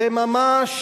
זה ממש,